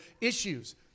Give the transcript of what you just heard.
issues